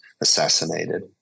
assassinated